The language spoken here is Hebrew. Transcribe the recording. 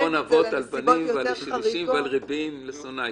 כתוב: פוקד עוון אבות על בנים ועל שלשים ועל רבעים לשונאי.